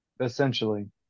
essentially